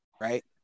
Right